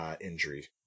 injury